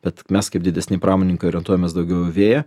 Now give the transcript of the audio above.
bet mes kaip didesni pramonininkai orientuojamės daugiau į vėją